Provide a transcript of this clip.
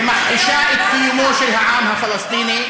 ומכחישה את קיומו של העם הפלסטיני,